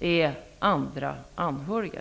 är andra anhöriga.